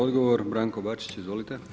Odgovor Branko Bačić, izvolite.